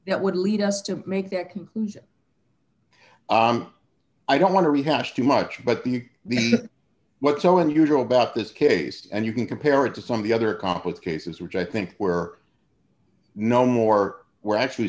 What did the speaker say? that would lead us to make that conclusion i don't want to rehash too much but the the what's so unusual about this case and you can compare it to some of the other complex cases which i think where no more were actually